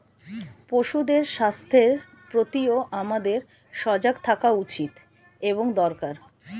পশুদের স্বাস্থ্যের প্রতিও আমাদের সজাগ থাকা উচিত এবং দরকার